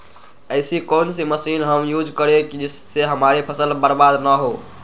ऐसी कौन सी मशीन हम यूज करें जिससे हमारी फसल बर्बाद ना हो?